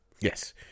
Yes